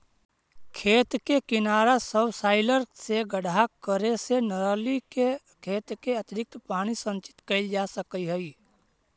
खेत के किनारा सबसॉइलर से गड्ढा करे से नालि में खेत के अतिरिक्त पानी संचित कइल जा सकऽ हई